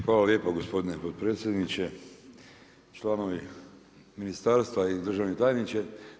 Hvala lijepa gospodine potpredsjedniče, članovi ministarstva i državni tajniče.